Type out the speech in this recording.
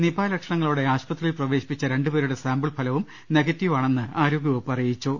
Nipah ലക്ഷണങ്ങളോടെ ആശുപത്രികളിൽ പ്രവേശിപ്പിച്ച രണ്ടു പേരുടെ സാമ്പിൾ ഫലവും നെഗറ്റീവാണെന്ന് ആരോഗൃവകുപ്പ് അറിയിച്ചു